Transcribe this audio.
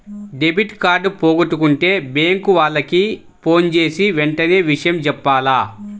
debit card పోగొట్టుకుంటే bank వాళ్లకి ఫోన్జేసి వెంటనే విషయం జెప్పాల